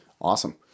Awesome